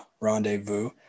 rendezvous